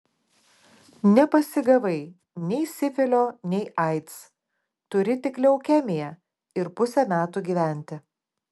nepasigavai nei sifilio nei aids turi tik leukemiją ir pusę metų gyventi